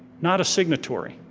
not a signatory.